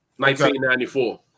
1994